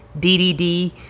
DDD